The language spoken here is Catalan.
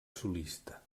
solista